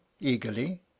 eagerly